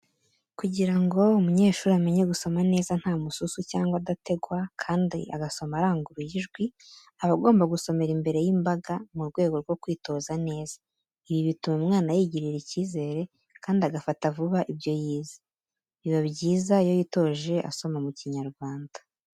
Kugira ngo umunyeshuri amenye gusoma neza nta mususu cyangwa adategwa kandi agasoma aranguruye ijwi, aba agomba gusomera imbere y'imbaga mu rwego rwo kwitoza neza. Ibi bituma umwana yigirira icyizere kandi agafata vuba ibyo yize. Biba byiza iyo yitoje asoma mu kinyarwanda.